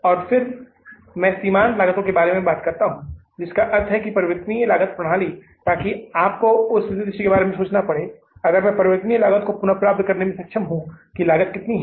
और फिर मैं सीमांत लागतों के बारे में बात करता हूं जिसका अर्थ है कि एक परिवर्तनीय लागत प्रणाली ताकि आपको उस दृश्य के बारे में सोचना पड़े अगर मैं परिवर्तनीय लागत को पुनर्प्राप्त करने में सक्षम हूं कि लागत कितनी है